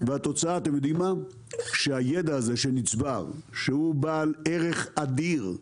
והתוצאה היא שהידע הזה שנצבר ושהוא בעל ערך אדיר,